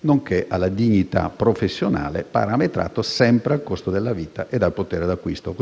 nonché alla dignità professionale, parametrata sempre al costo della vita e al potere d'acquisto».